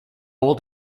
old